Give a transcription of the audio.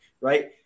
Right